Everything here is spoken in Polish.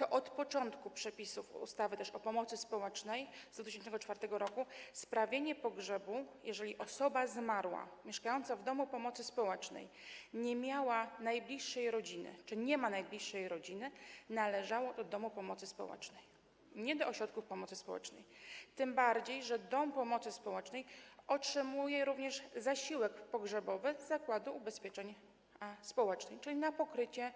Od początku funkcjonowania przepisów ustawy o pomocy społecznej z 2004 r. sprawienie pogrzebu, jeżeli osoba zmarła mieszkająca w domu pomocy społecznej nie miała najbliższej rodziny czy nie ma najbliższej rodziny, należało do domu pomocy społecznej, nie do ośrodków pomocy społecznej, tym bardziej że dom pomocy społecznej otrzymuje również zasiłek pogrzebowy z Zakładu Ubezpieczeń Społecznych na pokrycie